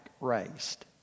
raised